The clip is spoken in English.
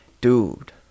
Dude